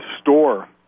store